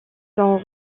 sont